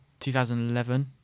2011